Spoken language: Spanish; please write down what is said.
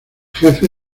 jefe